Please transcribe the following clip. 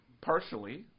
partially